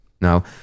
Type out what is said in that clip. Now